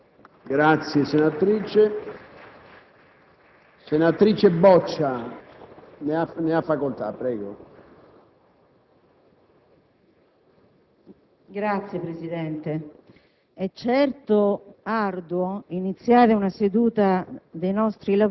le nostre capacità di far legge e di fare proposta non reggono a livello operativo alla generazione che ci precedette.